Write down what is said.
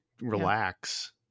relax